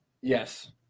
Yes